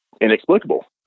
Inexplicable